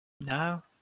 no